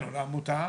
כן מעמותה,